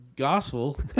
gospel